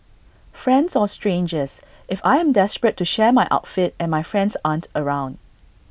friends or strangers if I am desperate to share my outfit and my friends aren't around